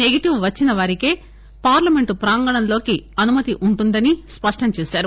negative వచ్చిన వారికే parliament ప్రాంగణంలోకి అనుమతి ఉంటుందని స్పష్టం చేశారు